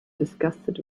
disgusted